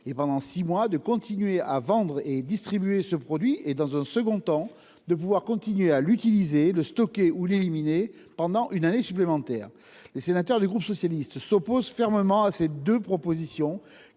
et pendant six mois, de continuer à vendre et distribuer ce produit, puis, dans un second temps, de continuer à l'utiliser, à le stocker ou à l'éliminer pendant une année supplémentaire. Les sénateurs du groupe Socialiste, Écologiste et Républicain s'opposent fermement à ces deux propositions,